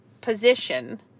position